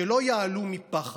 שלא יעלו מפחד.